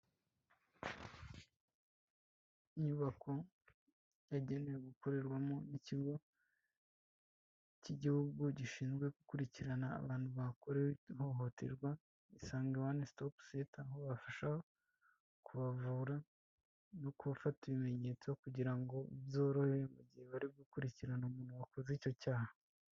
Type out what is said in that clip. Inyubako yagenewe gukorerwamo n'ikigo cy'igihugu gishinzwe gukurikirana abantu bakorewe ihohoterwa, Isange One Stop Center, aho bafasha kubavura no kubafata ibimenyetso kugira ngo bizorohe mu gihe bari gukurikirana umuntu wakoze icyo cyaha.